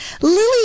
Lily